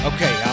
Okay